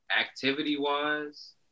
activity-wise